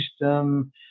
system